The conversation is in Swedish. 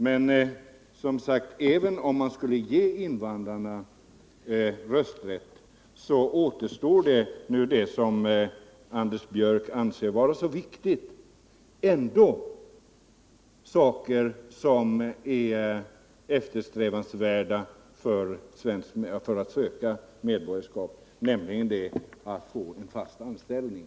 Men även om man skulle ge invandrarna denna rösträtt så finns det ändå sådant som gör det eftersträvansvärt att söka svenskt medborgarskap -— vilket Anders Björck anser vara så väsentligt — nämligen möjligheten att få en fast anställning.